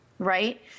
right